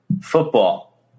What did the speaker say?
Football